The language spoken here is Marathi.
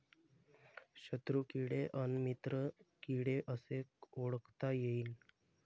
शत्रु किडे अन मित्र किडे कसे ओळखता येईन?